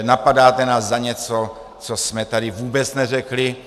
Napadáte nás za něco, co jsme tady vůbec neřekli.